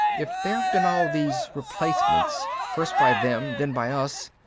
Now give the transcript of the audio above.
if there've been all these replacements, first by them, then by us,